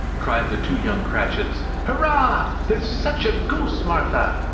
cried the two young cratchits. hurrah! there's such a goose, martha!